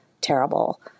terrible